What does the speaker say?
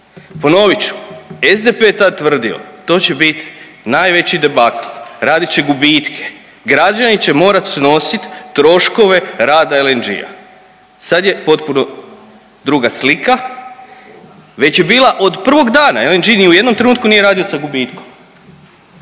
Ponovit ću SDP je tad tvrdio to će biti najveći debakl, radit će gubitke, građani će morati snosit troškove rada LNG. Sad je potpuno druga slika, već je bila od prvog dana, LNG ni u jednom trenutku radio sa gubitkom.